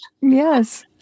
Yes